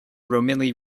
romilly